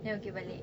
then okay balik